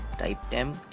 type temp